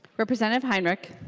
representative heinrich